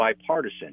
bipartisan